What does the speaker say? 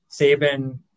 Saban